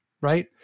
right